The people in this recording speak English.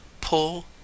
Pull